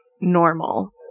normal